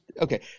Okay